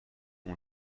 اون